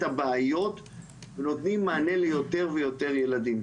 הבעיות ונותנים מענה ליותר ויותר ילדים.